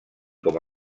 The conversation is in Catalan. com